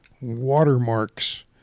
watermarks